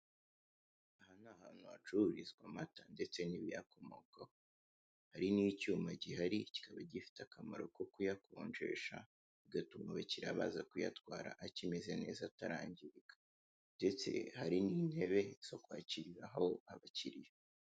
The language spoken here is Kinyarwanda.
Aha ni ahantu hacururizwa amata ndetse n'ibiyakomokaho, hari n'icyuma gihari kikaba gifite akamaro ko kuyakonjesha bigatuma abakiriya baza kuyatwara akimeze neza atarangirika, ndetse hari n'intebe zo kwakiriraho abakiriya.